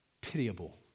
pitiable